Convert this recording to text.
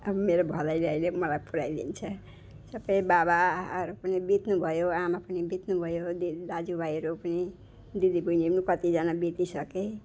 अब मेरो भदैले अहिले मलाई पुऱ्याइदिन्छ सबै बाबाहरू पनि बित्नुभयो आमा पनि बित्नुभयो दिदी दाजुभाइहरू पनि दिदीबहिनीहरू पनि कतिजना बितिसके